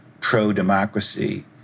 pro-democracy